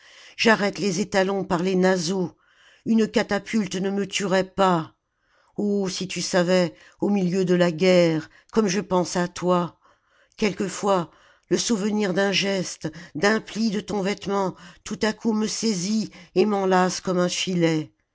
j'arrête les étalons par les naseaux une catapulte ne me tuerait pas oh si tu savais au milieu de la guerre comme je pense à toi quelquefois le souvenir d'un geste d'un pli de ton vêtement tout à coup me saisit et m'enlace comme un filet